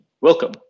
Welcome